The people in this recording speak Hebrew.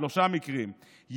שלושה מקרים,